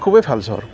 খুবেই ভাল চহৰ